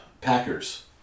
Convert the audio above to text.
Packers